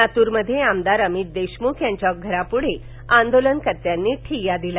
लातुरमध्ये आमदार अमित देशमुख यांच्या घरासमोर आंदोलनकर्त्यांनी ठिय्या दिला